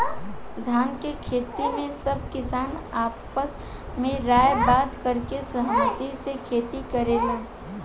धान के खेती में सब किसान आपस में राय बात करके सहमती से खेती करेलेन